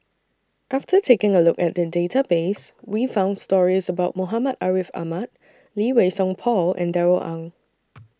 after taking A Look At The Database We found stories about Muhammad Ariff Ahmad Lee Wei Song Paul and Darrell Ang